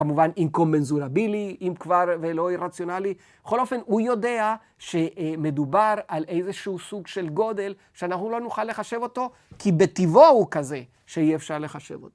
כמובן אינקומנזולבילי, אם כבר, ולא אי רציונלי. בכל אופן, הוא יודע שמדובר על איזשהו סוג של גודל, שאנחנו לא נוכל לחשב אותו, כי בטבעו הוא כזה, שאי אפשר לחשב אותו.